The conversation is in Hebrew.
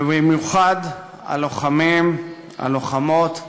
ובמיוחד הלוחמים, הלוחמות,